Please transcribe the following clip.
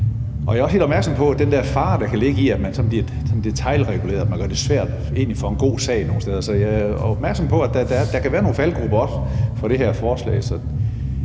Jeg er også helt opmærksom på den fare, der kan ligge i, at der bliver detailreguleret, og at man egentlig gør det svært for en god sag nogle steder. Så jeg er opmærksom på, at der kan være nogle faldgruber, også i det her forslag.